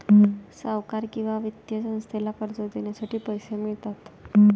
सावकार किंवा वित्तीय संस्थेला कर्ज देण्यासाठी पैसे मिळतात